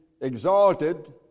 exalted